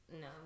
no